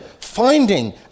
finding